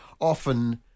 often